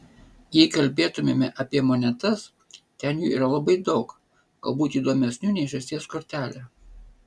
jei kalbėtumėme apie monetas ten jų yra labai daug galbūt įdomesnių nei žąsies kortelė